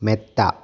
മെത്ത